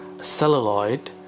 celluloid